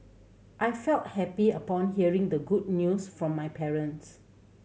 I felt happy upon hearing the good news from my parents